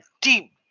deep